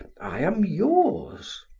i am yours.